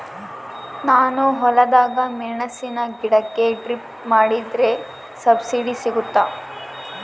ನಾನು ಹೊಲದಾಗ ಮೆಣಸಿನ ಗಿಡಕ್ಕೆ ಡ್ರಿಪ್ ಮಾಡಿದ್ರೆ ಸಬ್ಸಿಡಿ ಸಿಗುತ್ತಾ?